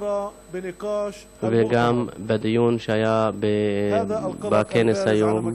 וגם בדיון שהיה בכנס היום,